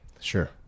Sure